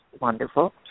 wonderful